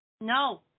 No